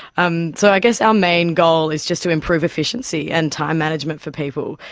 um so i guess our main goal is just to improve efficiency and time management for people.